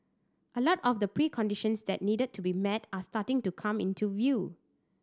a lot of the preconditions that needed to be met are starting to come into view